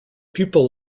pupil